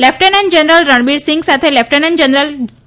lieutenant general Ranbir Singh સાથે lieutenant general કે